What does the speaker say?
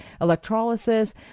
electrolysis